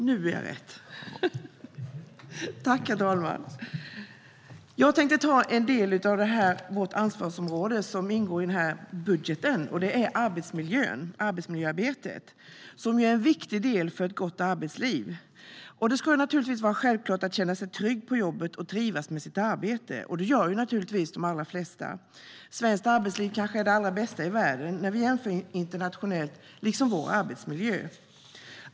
Herr talman! Jag tänkte tala om en del av vårt ansvarsområde som ingår i budgeten, och det är arbetsmiljöarbetet. Det är en viktig del för ett gott arbetsliv. Det ska naturligtvis vara självklart att känna sig trygg på jobbet och trivas med sitt arbete, och det gör de allra flesta. Sveriges arbetsliv kanske är det allra bästa i världen när vi jämför internationellt, liksom vår arbetsmiljö.